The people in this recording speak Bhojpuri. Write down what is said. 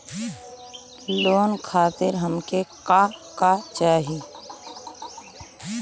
लोन खातीर हमके का का चाही?